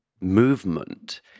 movement